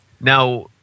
Now